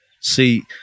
See